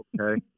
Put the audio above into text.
Okay